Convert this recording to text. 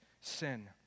sin